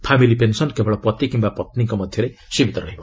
ଫାମିଲ୍ pension କେବଳ ପତି କିମ୍ବା ପତ୍ନୀଙ୍କ ମଧ୍ୟରେ ସୀମିତ ରହିବ